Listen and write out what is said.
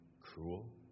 cruel